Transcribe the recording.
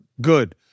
Good